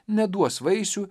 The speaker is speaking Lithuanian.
neduos vaisių